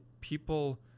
people